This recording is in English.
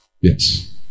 yes